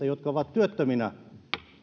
jotka ovat työttöminä